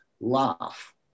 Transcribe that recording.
laugh